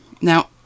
Now